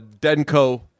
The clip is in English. Denko